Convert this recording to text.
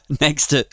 next